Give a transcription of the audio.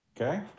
Okay